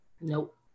nope